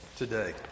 today